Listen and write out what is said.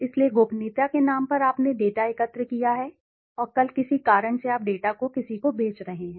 इसलिए गोपनीयता के नाम पर आपने डेटा एकत्र किया है और कल किसी कारण से आप डेटा को किसी को बेच रहे हैं